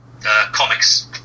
comics